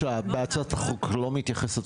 הצעת החוק של חברת הכנסת ברביבאי לא מתייחסת